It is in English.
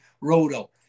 roto